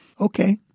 Okay